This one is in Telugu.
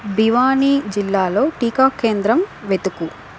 భివానీ జిల్లాలో టీకా కేంద్రం వెతుకు